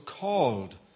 called